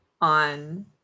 on